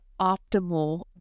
optimal